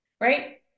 right